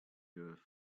earth